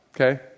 Okay